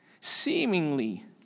seemingly